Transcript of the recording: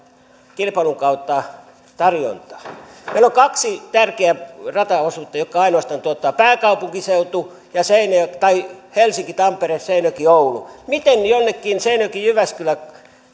kilpailun kautta tarjontaa meillä on kaksi tärkeää rataosuutta jotka ainoastaan tuottavat pääkaupunkiseutu ja helsinki tampere seinäjoki oulu miten jonnekin seinäjoki jyväskylä